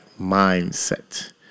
mindset